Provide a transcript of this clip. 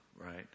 right